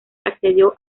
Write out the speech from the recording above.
accedió